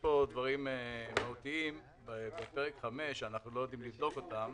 פה דברים מהותיים בפרק 5 שאנחנו לא יודעים לבדוק אותם.